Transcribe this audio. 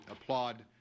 applaud